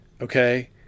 okay